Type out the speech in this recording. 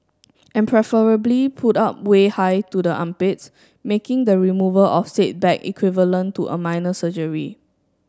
and preferably pulled up way high to the armpits making the removal of said bag equivalent to a minor surgery